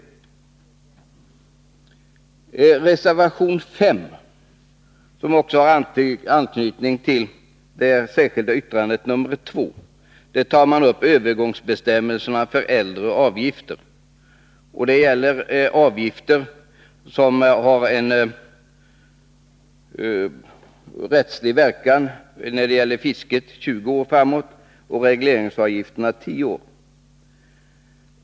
I reservation 5, som har anknytning till det särskilda yttrandet nr 2, tar vi upp övergångsbestämmelserna för äldre avgifter. Avgifterna när det gäller fisket har rättslig verkan 20 år och regleringsavgifterna 10 år framåt i tiden.